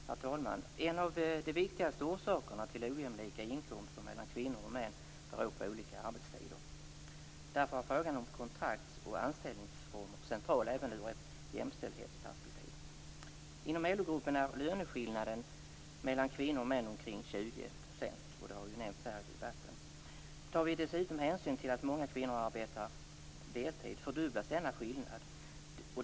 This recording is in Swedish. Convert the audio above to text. Herr talman! En av de viktigaste orsakerna till inkomstskillnader mellan kvinnor och män är olika arbetstider. Därför är frågan om kontrakts och anställningsformer central, även i ett jämställdhetsperspektiv. Inom LO-grupperna uppgår, som har nämnts här i debatten, löneskillnaden mellan kvinnor och män till omkring 20 %. Tar vi dessutom hänsyn till att många kvinnor arbetar deltid, fördubblas denna skillnad.